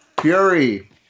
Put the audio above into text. Fury